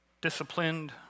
disciplined